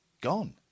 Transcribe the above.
gone